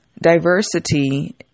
diversity